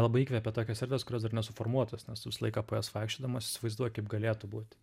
labai įkvepia tokios erdvės kurios dar nesuformuotos nes tu visą laiką po jas vaikščiodamas įsivaizduoji kaip galėtų būti